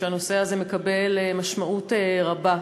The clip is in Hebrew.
והנושא הזה מקבל משמעות רבה,